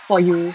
for you